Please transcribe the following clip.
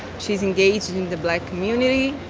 she's engaged in the black community.